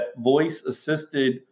voice-assisted